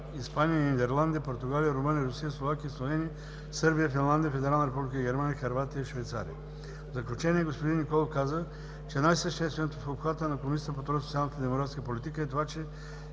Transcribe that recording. Испания, Нидерландия, Португалия, Румъния, Русия, Словакия, Словения, Сърбия, Финландия, Федерална Република Германия, Хърватия и Швейцария. В заключение господин Николов каза, че най-същественото в обхвата на Комисията по